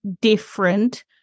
different